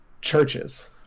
Churches